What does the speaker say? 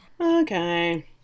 okay